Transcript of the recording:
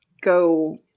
go